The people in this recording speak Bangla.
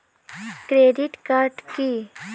Credit card key?